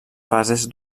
fases